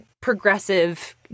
progressive